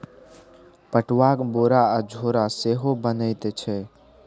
पटुआक बोरा आ झोरा सेहो बनैत छै